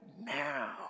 now